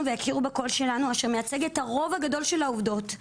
ויכירו בקול שלנו אשר מייצג את הרוב הגדול של העובדות.